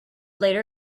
later